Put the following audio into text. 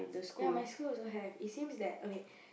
ya my school also have it seems that okay